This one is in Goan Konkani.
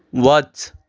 वच